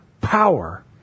power